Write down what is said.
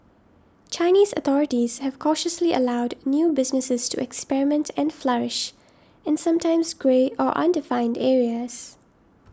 Chinese authorities have cautiously allowed new businesses to experiment and flourish in sometimes grey or undefined areas